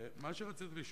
ואני תיכף אקרא אותה.